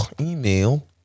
email